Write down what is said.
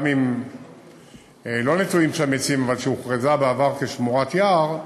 גם אם לא נטועים שם עצים אבל היא הוכרזה בעבר כשמורת יער,